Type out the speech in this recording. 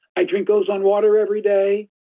i drink ozone water every day,